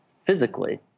physically